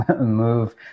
move